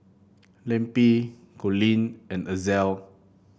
Lempi Colleen and Ezell